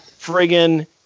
friggin